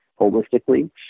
holistically